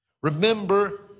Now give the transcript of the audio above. remember